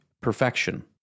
perfection